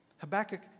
Habakkuk